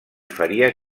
faria